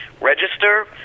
Register